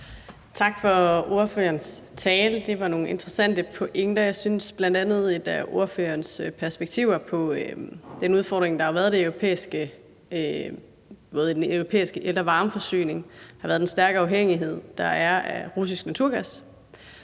Tak for ordførerens tale, det var nogle interessante pointer. Det synes jeg bl.a. gælder ordførerens perspektiver på den udfordring, der har været i den europæiske el- og varmeforsyning, med den stærke afhængighed, der er af russisk naturgas.